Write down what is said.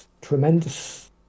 tremendous